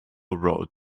wrote